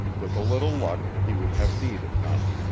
with a little luck, he would have need of none.